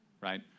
right